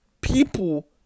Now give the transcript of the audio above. ...people